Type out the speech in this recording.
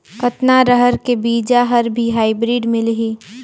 कतना रहर के बीजा हर भी हाईब्रिड मिलही?